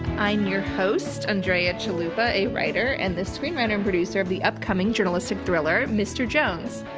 i'm your host, andrea chalupa, a writer and the screenwriter and producer of the upcoming journalistic thriller mr. jones.